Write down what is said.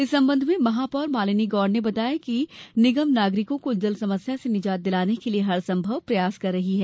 इस संबंध में महापौर मालिनी गौड़ ने बताया कि निगम नागरिकों को जल समस्या से निजात दिलाने के लिए हरसंभव प्रयास कर रही है